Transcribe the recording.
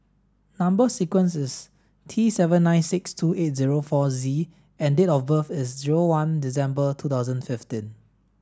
number sequence is T seven nine six two eight zero four Z and date of birth is zero one December two thousand fifiteen